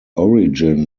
origin